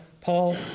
Paul